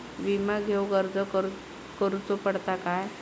विमा घेउक अर्ज करुचो पडता काय?